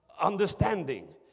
understanding